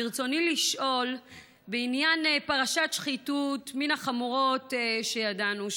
ברצוני לשאול בעניין פרשת שחיתות מן החמורות שידענו,